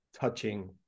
touching